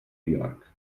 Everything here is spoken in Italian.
york